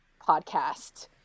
podcast